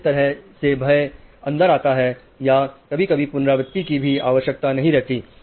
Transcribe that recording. किस तरह से भय अंदर आता है या कभी कभी पुनरावृति की भी आवश्यकता नहीं रहती है